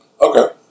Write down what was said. Okay